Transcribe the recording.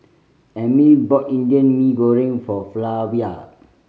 Emil bought Indian Mee Goreng for Flavia